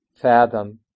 fathom